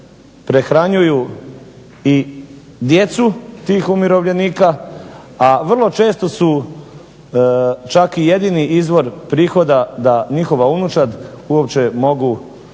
prehranjuju i djecu tih umirovljenika, a vrlo često su čak i jedini izvor prihoda da njihova unučad uopće mogu